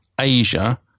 Asia